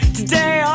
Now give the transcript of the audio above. today